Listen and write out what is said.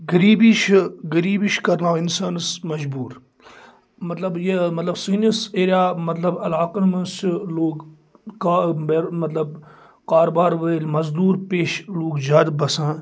غریبی چھِ غریبی چھِ کرناوان اِنسانس مجبوٗر مطلب یہِ مطلب سٲنِس ایریا مطلب علاقن منٛز سُہ لوٚگ کا مطلب کارو بار وٲلۍ مزدور پیش لوک زیادٕ بَسان